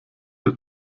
der